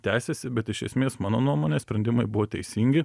tęsiasi bet iš esmės mano nuomone sprendimai buvo teisingi